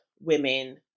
women